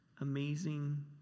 amazing